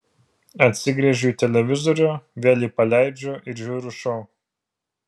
atsigręžiu į televizorių vėl jį paleidžiu ir žiūriu šou